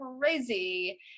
crazy